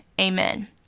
amen